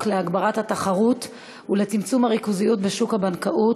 להגברת התחרות ולצמצום הריכוזיות בשוק הבנקאות,